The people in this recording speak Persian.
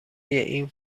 این